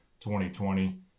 2020